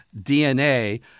DNA